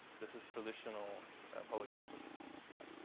this is traditional public transportation. yeah.